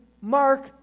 Mark